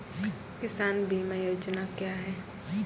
किसान बीमा योजना क्या हैं?